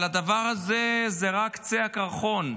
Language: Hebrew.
אבל הדבר הזה הוא רק קצה הקרחון.